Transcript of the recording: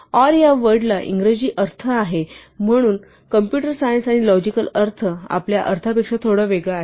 or या word ला इंग्रजी अर्थ आहे परंतु कॉम्पुटर सायन्स आणि लॉजिकल अर्थ आपल्या अर्थापेक्षा थोडा वेगळा आहे